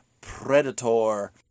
Predator